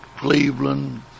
Cleveland